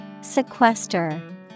Sequester